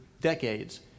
decades